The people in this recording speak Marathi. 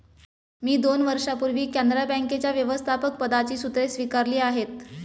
मी दोन वर्षांपूर्वी कॅनरा बँकेच्या व्यवस्थापकपदाची सूत्रे स्वीकारली आहेत